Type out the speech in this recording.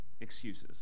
excuses